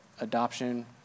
adoption